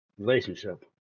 relationship